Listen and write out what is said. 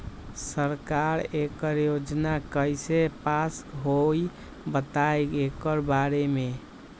सरकार एकड़ योजना कईसे पास होई बताई एकर बारे मे?